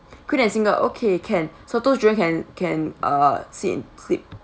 queen and single okay can so two children can can uh sleep in sleep